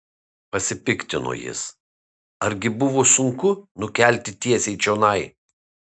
pasipiktino jis argi buvo sunku nukelti tiesiai čionai